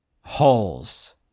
holes